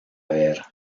ver